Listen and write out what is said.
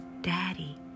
Daddy